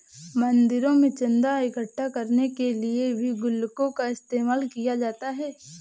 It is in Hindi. मंदिरों में चन्दा इकट्ठा करने के लिए भी गुल्लकों का इस्तेमाल किया जाता है